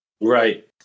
Right